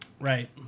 Right